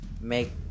make